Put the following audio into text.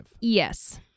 Yes